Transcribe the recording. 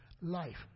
life